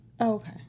Okay